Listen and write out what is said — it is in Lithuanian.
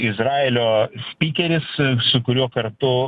izraelio spikeris su kuriuo kartu